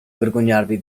vergognarvi